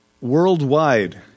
worldwide